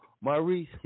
Maurice